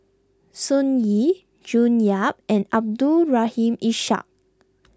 Sun Yee June Yap and Abdul Rahim Ishak